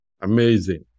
Amazing